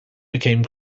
became